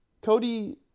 Cody